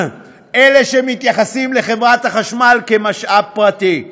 אלה שמתייחסים לחברת החשמל כמשאב פרטי.